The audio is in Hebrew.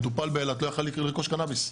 מטופל באילת לא היה יכול לרכוש קנאביס.